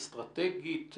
אסטרטגית,